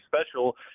special